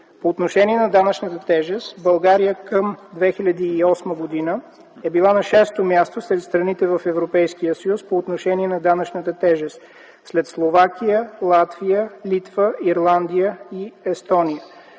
По отношение на данъчната тежест. България към 2008 г. е била на шесто място сред страните в Европейския съюз по отношение на данъчната тежест след Словакия, Латвия, Литва, Ирландия и Естония.